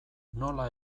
nola